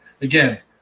Again